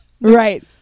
Right